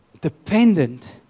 dependent